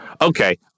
okay